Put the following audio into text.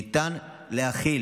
ניתן להחיל